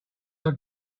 are